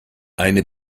eine